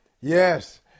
Yes